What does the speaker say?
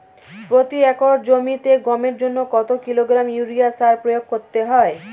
প্রতি একর জমিতে গমের জন্য কত কিলোগ্রাম ইউরিয়া সার প্রয়োগ করতে হয়?